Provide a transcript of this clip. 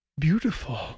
Beautiful